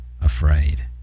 afraid